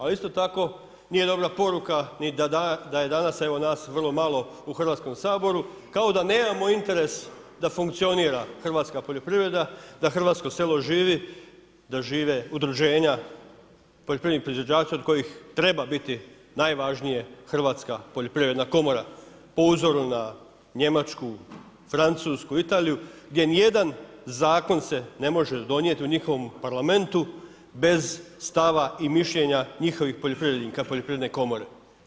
A isto tako nije dobra poruka ni da je danas nas vrlo malo u Hrvatskom saboru, kao da nemamo interes da funkcionira hrvatska poljoprivreda, da hrvatsko selo živi, da žive udruženja poljoprivrednih proizvođača od kojih treba biti najvažnije Hrvatska poljoprivredna komora po uzoru na Njemačku, Francusku, Italiju gdje nijedan zakon se ne može donijeti u njihovom Parlamentu bez stava i mišljenja njihovih poljoprivrednika, poljoprivredne komore.